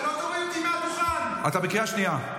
אתה בושה וחרפה.